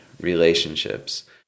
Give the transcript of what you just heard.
relationships